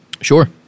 Sure